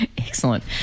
Excellent